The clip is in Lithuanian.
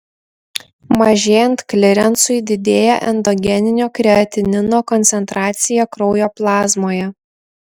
mažėjant klirensui didėja endogeninio kreatinino koncentracija kraujo plazmoje